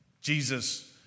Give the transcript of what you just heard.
Jesus